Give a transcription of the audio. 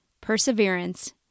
perseverance